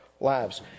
lives